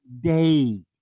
day